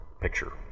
picture